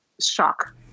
shock